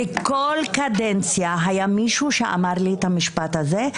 וכל קדנציה היה מישהו שאמר לי את המשפט הזה,